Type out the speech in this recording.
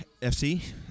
FC